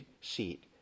seat